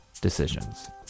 decisions